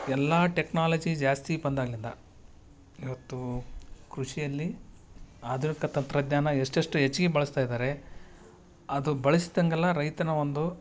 ಎಲ್ಲಾ ಟೆಕ್ನಾಲಜಿ ಜಾಸ್ತಿ ಬಂದಾಗಲಿಂದ ಇವತ್ತು ಕೃಷಿಯಲ್ಲಿ ಆಧುನಿಕ ತಂತ್ರಜ್ಞಾನ ಎಷ್ಟು ಎಷ್ಟು ಹೆಚ್ಚಿಗೆ ಬಳಸ್ತಾಯಿದ್ದಾರೆ ಅದು ಬಳಸಿದಂಗೆಲ್ಲ ರೈತನ ಒಂದು